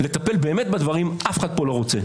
לטפל באמת בדברים, אף אחד פה לא רוצה.